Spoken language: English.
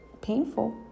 painful